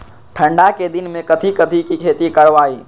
ठंडा के दिन में कथी कथी की खेती करवाई?